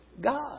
God